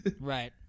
Right